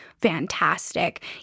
fantastic